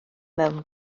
mewn